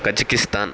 Kazakhstan